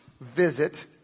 visit